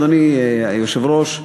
אדוני היושב-ראש,